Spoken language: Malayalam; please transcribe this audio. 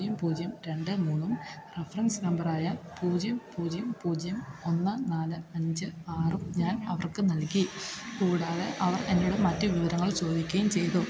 പൂജ്യം പൂജ്യം രണ്ട് മൂന്ന് റഫറൻസ് നമ്പറായ പൂജ്യം പൂജ്യം പൂജ്യം ഒന്ന് നാല് അഞ്ച് ആറ് ഞാൻ അവർക്ക് നൽകി കൂടാതെ അവർ എന്നോട് മറ്റു വിവരങ്ങൾ ചോദിക്കുകയും ചെയ്തു